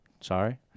sorry